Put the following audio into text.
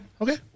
Okay